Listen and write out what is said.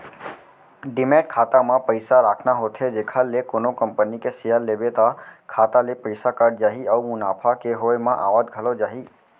demat खाता म पइसा राखना होथे जेखर ले कोनो कंपनी के सेयर लेबे त खाता ले पइसा कट जाही अउ मुनाफा के होय म आवत घलौ जाही